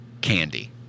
candy